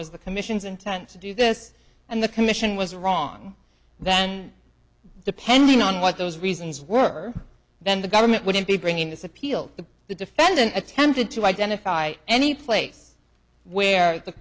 was the commission's intent to do this and the commission was wrong then depending on what those reasons were then the government wouldn't be bringing this appeal to the defendant attempted to identify any place where the